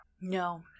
No